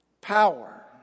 Power